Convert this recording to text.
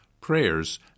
prayers